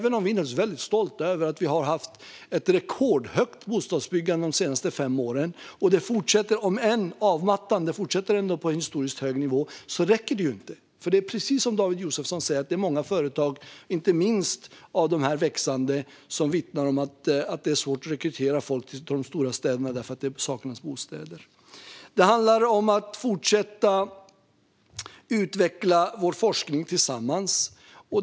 Även om vi naturligtvis är väldigt stolta över att vi har haft ett rekordhögt bostadsbyggande under de senaste fem åren - och över att det fortsätter på en historiskt hög nivå, om än avmattande - räcker det ju inte. Precis som David Josefsson säger är det många företag, inte minst av de växande, som vittnar om att det är svårt att rekrytera folk till de stora städerna eftersom det saknas bostäder. Det handlar också om att fortsätta utveckla vår forskning tillsammans.